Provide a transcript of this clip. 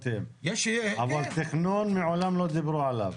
אבל תכנון מעולם לא דיברו עליו.